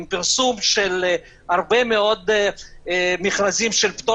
עם פרסום של הרבה מאוד מכרזים עם פטור